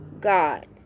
God